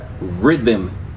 rhythm